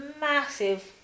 massive